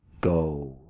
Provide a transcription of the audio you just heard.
go